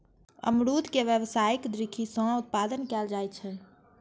अमरूद के व्यावसायिक दृषि सं उत्पादन कैल जाइ छै